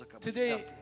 Today